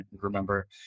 Remember